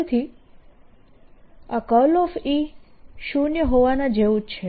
ફરીથી આ E શૂન્ય હોવાના જેવું જ છે